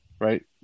right